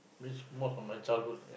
miss most of my childhood